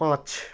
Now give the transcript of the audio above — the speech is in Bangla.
পাঁচ